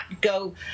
go